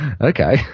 okay